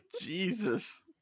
Jesus